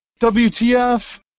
WTF